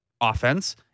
offense